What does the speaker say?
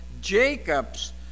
Jacob's